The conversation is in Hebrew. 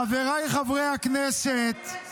חבריי חברי הכנסת,